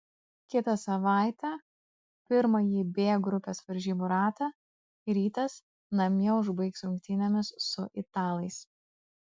kitą savaitę pirmąjį b grupės varžybų ratą rytas namie užbaigs rungtynėmis su italais